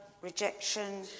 rejection